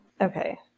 Okay